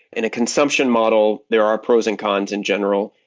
in a consumption model, there are pros and cons in general.